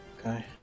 Okay